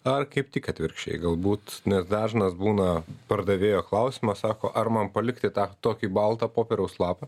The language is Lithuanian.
ar kaip tik atvirkščiai galbūt dažnas būna pardavėjo klausimas sako ar man palikti tą tokį baltą popieriaus lapą